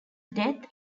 death